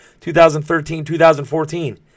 2013-2014